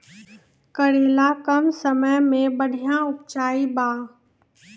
करेला कम समय मे बढ़िया उपजाई बा?